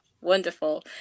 wonderful